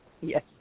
Yes